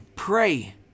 pray